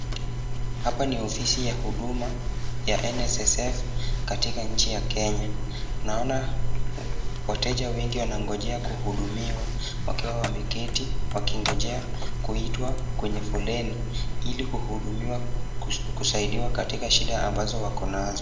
Hapa ni ofisi ya huduma ya NSSF katika nchi ya Kenya. Naona wateja wengi wanagonjea kuhudumiwa wakiwa wameketi wakingojea kuitwa kwenye foleni ili kuhudumiwa, kusaidiwa katika shida ambazo wako nazo.